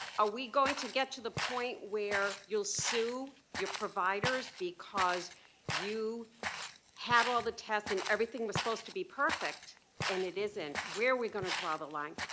ah we going to get to the point where you'll sue your providers because you have all the tests and everything was supposed to be perfect and it isn't? where are we gonna draw the line?